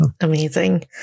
Amazing